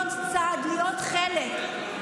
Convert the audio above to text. להיות צד, להיות חלק.